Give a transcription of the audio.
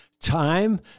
time